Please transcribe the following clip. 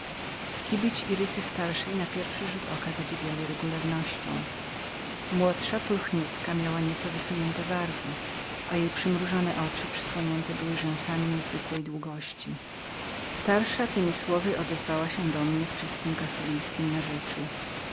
i rysy starszej na pierwszy rzut oka zadziwiały regularnością młodsza była bardziej ujmującą i zachwycała drobnemi usteczkami i niezwykłym blaskiem oczu cienionych długiemi jedwabnemi rzęsami starsza temi słowy odezwała się do mnie w czystym kastylskim narzeczu